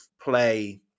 play